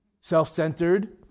self-centered